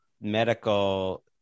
medical